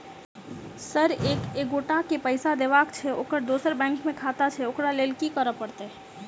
Sir एक एगोटा केँ पैसा देबाक छैय ओकर दोसर बैंक मे खाता छैय ओकरा लैल की करपरतैय?